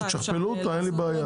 אין לי בעיה.